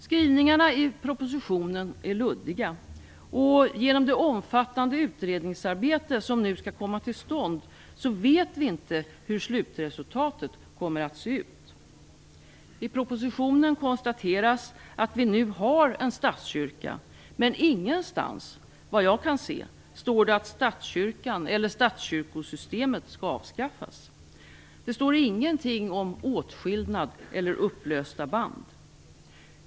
Skrivningarna i propositionen är luddiga. Genom det omfattande utredningsarbete som nu skall komma till stånd vet vi inte hur slutresultatet kommer att se ut. I propositionen konstateras att vi nu har en statskyrka. Men ingenstans - såvitt jag kan se - står att statskyrkan eller statskyrkosystemet skall avskaffas. Det står ingenting om åtskillnad eller upplösta band.